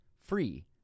free